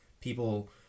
People